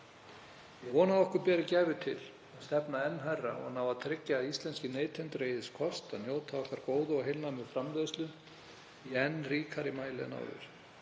Ég vona að við berum gæfu til að stefna enn hærra og ná að tryggja að íslenskir neytendur eigi þess kost að njóta okkar góðu og heilnæmu framleiðslu í enn ríkara mæli en áður.